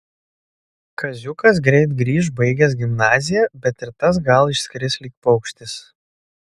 kaziukas greit grįš baigęs gimnaziją bet ir tas gal išskris lyg paukštis